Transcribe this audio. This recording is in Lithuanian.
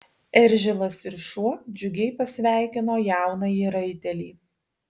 eržilas ir šuo džiugiai pasveikino jaunąjį raitelį